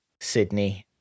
Sydney